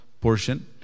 portion